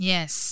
Yes